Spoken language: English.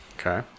Okay